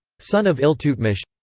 son of iltutmish.